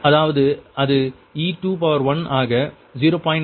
அதாவது அது e21 ஆக 0